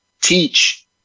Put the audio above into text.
teach